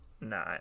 Nah